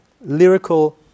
lyrical